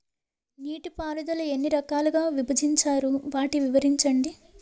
నీటిపారుదల ఎన్ని రకాలుగా విభజించారు? వాటి వివరించండి?